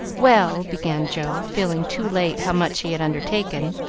well, began joe, feeling too late how much he had undertaken,